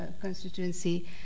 constituency